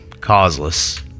causeless